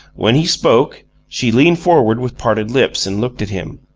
when he spoke, she leaned forward with parted lips and looked at him.